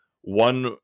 one